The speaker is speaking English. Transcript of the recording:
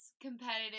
competitive